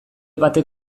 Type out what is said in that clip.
batek